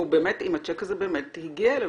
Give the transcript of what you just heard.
אם הצ'ק הזה באמת הגיע אליו,